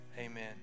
Amen